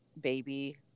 baby